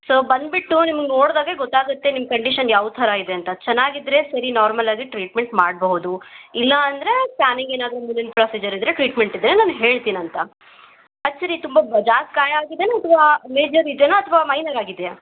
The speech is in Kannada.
ಸೊ ಬಂದ್ಬಿಟ್ಟು ನಿಮ್ಗೆ ನೋಡ್ದಾಗ್ಲೆ ಗೊತ್ತಾಗುತ್ತೆ ನಿಮ್ಮ ಕಂಡೀಷನ್ ಯಾವ ಥರ ಇದೆ ಅಂತ ಚೆನ್ನಾಗಿದ್ರೆ ಸರಿ ನಾರ್ಮಲ್ಲಾಗಿ ಟ್ರೀಟ್ಮೆಂಟ್ ಮಾಡಬಹುದು ಇಲ್ಲ ಅಂದರೆ ಸ್ಕ್ಯಾನಿಂಗ್ ಏನಾದ್ರೂ ಮುಂದಿನ ಪ್ರೊಸಿಜರ್ ಇದ್ದರೆ ಟ್ರೀಟ್ಮೆಂಟಿದ್ದರೆ ನಾನು ಹೇಳ್ತಿನಂತೆ ಆ್ಯಕ್ಚುಲಿ ತುಂಬ ಜಾಸ್ತಿ ಗಾಯ ಆಗಿದೆಯಾ ಅಥವಾ ಮೇಜರಿದೆಯಾ ಅಥವಾ ಮೈನರಾಗಿದೆಯಾ